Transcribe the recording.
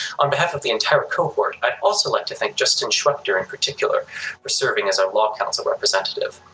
on behalf of the entire cohort, i'd also like to thank justin scwechter in particular for serving as our law council representative.